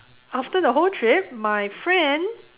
after the whole trip my friend